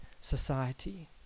society